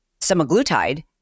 semaglutide